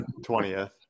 20th